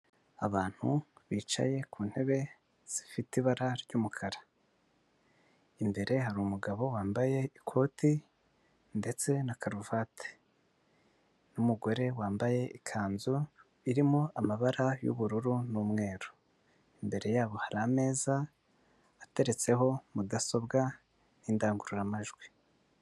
Abantu bicaye ku ntebe zifite ibara ry'umukara, imbere hari umugabo wambaye ikoti ndetse na karuvati n'umugore wambaye ikanzu irimo amabara y'ubururu n'umweru, imbere yabo hari ameza ateretseho mudasobwa n'indangururamajwi.